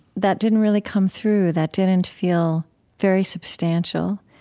that didn't really come through, that didn't feel very substantial.